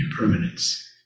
impermanence